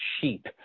sheep